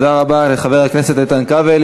תודה רבה לחבר הכנסת איתן כבל.